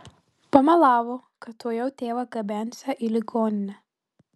pamelavo kad tuojau tėvą gabensią į ligoninę